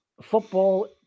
football